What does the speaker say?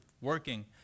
working